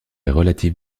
relative